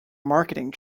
marketing